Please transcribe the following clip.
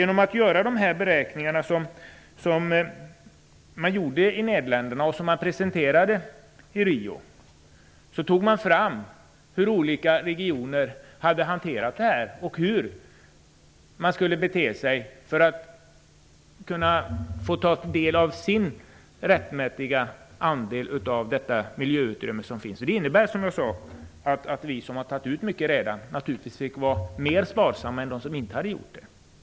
När man gjorde sådana beräkningar som man gjort i Nederländerna och som presenterats i Rio fick man fram hur olika regioner hanterat dessa frågor och hur man skall bete sig för att kunna få sin rättmätiga andel av det miljöutrymme som finns. Det innebär, som jag sagt, att vi som redan har tagit ut mycket naturligtvis får vara sparsammare än andra som inte gjort det.